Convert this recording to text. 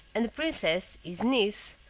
and the princess, his niece,